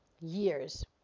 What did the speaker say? years